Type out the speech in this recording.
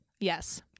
Yes